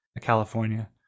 California